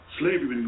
slavery